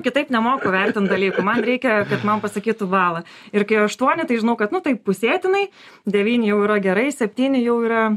kitaip nemoku vertint dalykų reikia kad man pasakytų balą ir kai aštuoni tai žinau kad nu taip pusėtinai devyni jau yra gerai septyni jau yra